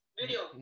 video